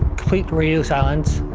complete radio silence.